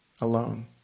alone